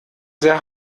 sehr